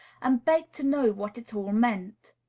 and begged to know what it all meant.